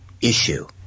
issue